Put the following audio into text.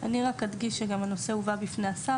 אני אדגיש שהנושא הובא בפני השר